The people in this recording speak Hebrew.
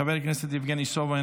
חבר הכנסת יבגני סובה,